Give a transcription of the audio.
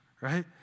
right